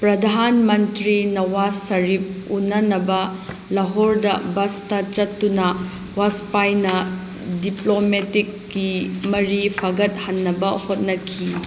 ꯄ꯭ꯔꯗꯥꯟ ꯃꯟꯇ꯭ꯔꯤ ꯅꯋꯥꯁ ꯁꯔꯤꯐ ꯎꯅꯅꯕ ꯂꯥꯍꯣꯔꯗ ꯕꯁꯇ ꯆꯠꯇꯨꯅ ꯕꯥꯁꯄꯥꯏꯅ ꯗꯤꯄ꯭ꯂꯣꯃꯥꯇꯤꯛ ꯀꯤ ꯀꯔꯤ ꯐꯒꯠꯍꯟꯕ ꯍꯣꯠꯅꯔꯤ